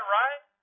right